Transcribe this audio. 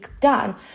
done